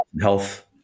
health